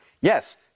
Yes